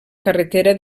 carretera